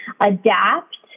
adapt